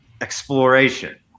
exploration